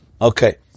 Okay